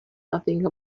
nothing